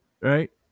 right